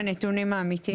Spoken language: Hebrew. והנתונים האמיתיים.